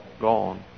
gone